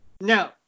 No